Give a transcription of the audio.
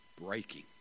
breaking